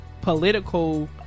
political